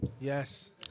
Yes